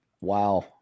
Wow